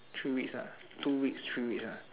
three weeks ah two weeks three weeks ah